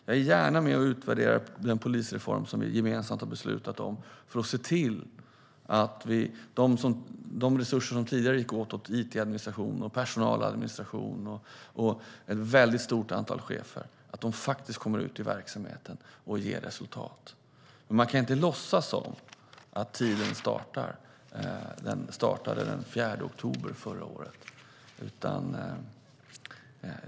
Jag är gärna med och utvärderar den polisreform som vi har beslutat om gemensamt för att se till att de resurser som tidigare gick åt till it-administration och personaladministration och ett stort antal chefer faktiskt kommer ut i verksamheten och ger resultat. Men man kan inte låtsas som att tiden startade den 4 oktober förra året.